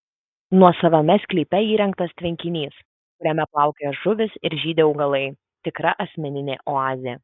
nuosavame sklype įrengtas tvenkinys kuriame plaukioja žuvys ir žydi augalai tikra asmeninė oazė